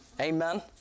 Amen